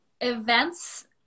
events